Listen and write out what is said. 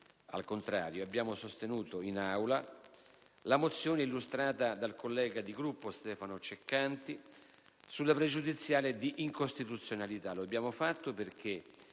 al contrario, abbiamo sostenuto in Aula la mozione illustrata dal collega di Gruppo Stefano Ceccanti sulla pregiudiziale d'incostituzionalità.